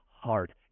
heart